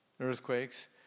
earthquakes